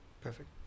perfect